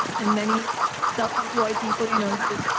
and many self-employed people, you know